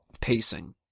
pacing